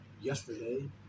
yesterday